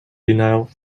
denial